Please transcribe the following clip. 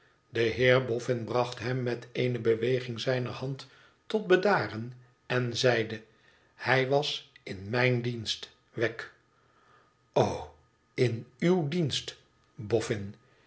de heer boffin bracht hem met eene beweging zijner hand tot bedaren en zeide hij was in m ij n dienst wegg in uw dienst